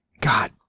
God